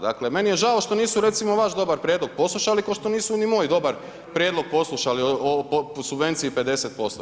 Dakle, meni je žao što nisu recimo vaš dobar prijedlog poslušali, ko što nisu ni moj dobar prijedlog poslušali o subvenciji 50%